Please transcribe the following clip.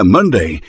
Monday